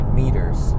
meters